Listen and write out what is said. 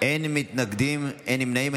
אין מתנגדים, אין נמנעים.